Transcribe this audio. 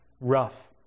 rough